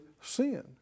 sin